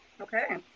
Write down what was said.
Okay